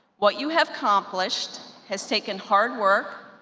what you have accomplished has taken hard work,